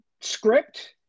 script